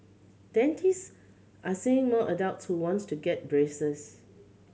dentist are seeing more adults who wants to get braces